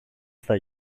στα